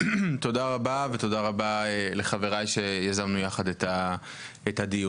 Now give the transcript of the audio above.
תודה רבה, ותודה רבה לחבריי שיזמנו יחד את הדיון.